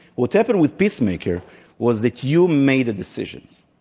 what's happened with peacemaker was that you made the decisions.